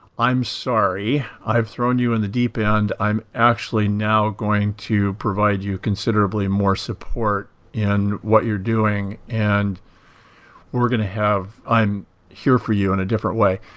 i'm sorry. i've throw you in the deep end. i'm actually now going to provide you considerably more support in what you're doing, and we're going to have, i'm here for you in a different way.